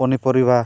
ᱯᱚᱱᱤ ᱯᱩᱨᱤᱵᱟᱨ